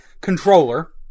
controller